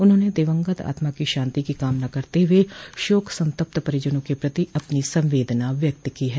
उन्होंने दिवंगत आत्मा की शांति को कामना करते हुए शोक संतप्त परिजनों के प्रति अपनी संवेदना व्यक्त की है